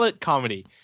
comedy